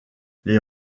les